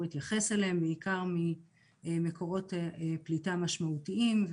התייחס אליהם בעיקר ממקורות פליטה משמעותיים,